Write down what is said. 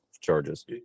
charges